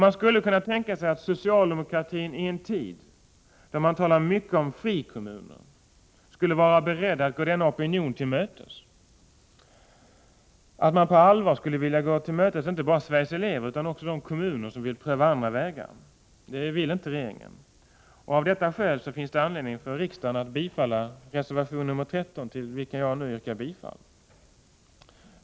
Man skulle kunna tänka sig att socialdemokratin i en tid, då det talas mycket om frikommuner, skulle vara beredd att gå denna opinion till mötes — att man på allvar skulle vilja gå till mötes inte bara Sveriges elever utan också de kommuner som vill pröva andra vägar. Det vill inte regeringen. Av detta skäl finns det anledning för riksdagen att bifalla reservation nr 13, till vilken jag nu yrkar bifall.